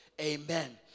Amen